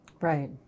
Right